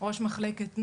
ראש מחלקת נוער,